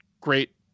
great